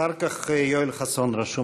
אחר כך יואל חסון רשום,